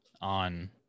on